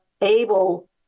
able